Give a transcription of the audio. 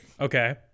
Okay